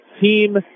team